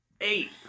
Eight